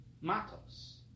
Matos